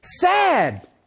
Sad